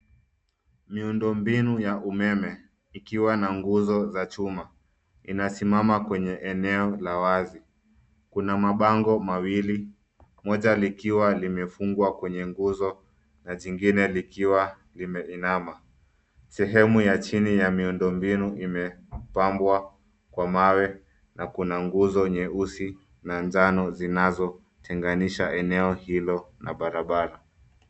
Miundombinu ya umeme ikiwa na nguzo za chuma inasimama kwenye eneo la wazi. Kuna mabango mawili moja likiwa limefungwa kwenye nguzo na jingine likiwa limeinama. Sehemu ya chini ya miundo mbinu imepambwa kwa mawe na kuna nguzo nyeusi na njano zinazotenganisha eneo hilo na barabara.